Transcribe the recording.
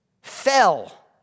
fell